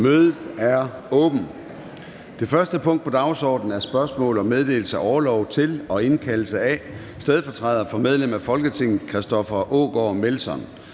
Mødet er åbnet. --- Det første punkt på dagsordenen er: 1) Spørgsmål om meddelelse af orlov til og indkaldelse af stedfortræder for medlem af Folketinget Christoffer Aagaard Melson